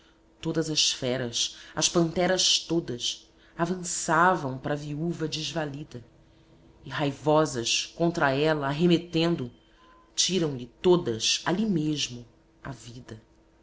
todas as feras as panteras todas avançam para a viúva desvalida e raivosas contra ela arremetendo tiram lhe todas ali mesmo a vida